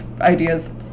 ideas